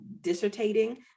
dissertating